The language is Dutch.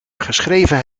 geschreven